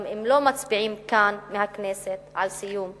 גם אם לא מצביעים כאן בכנסת על סיום הכיבוש.